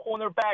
cornerback